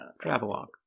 travelogue